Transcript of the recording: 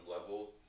level